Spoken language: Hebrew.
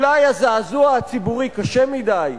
אולי הזעזוע הציבורי קשה מדי,